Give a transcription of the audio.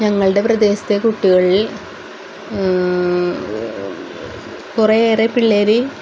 ഞങ്ങളുടെ പ്രദേശത്തെ കുട്ടികളിൽ കുറെയേറെ പിള്ളേര്